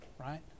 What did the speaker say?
right